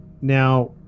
Now